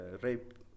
rape